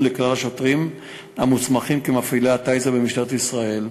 לכלל השוטרים המוסמכים כמפעילי "טייזר" במשטרת ישראל.